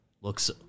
Looks